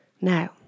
Now